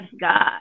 God